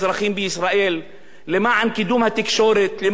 למען קידום התקשורת, למען קידום ההבנה והדמוקרטיה,